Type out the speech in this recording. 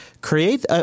create